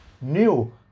new